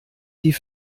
die